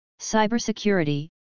Cybersecurity